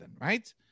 right